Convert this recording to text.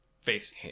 face